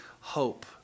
hope